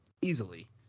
easily